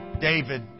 David